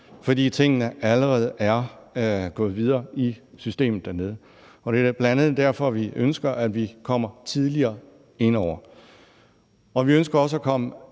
fordi tingene allerede er gået videre i systemet dernede, og det er bl.a. derfor, vi ønsker, at vi kommer tidligere indover. Vi ønsker også at komme